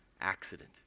accident